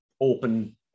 open